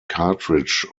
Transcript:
cartridge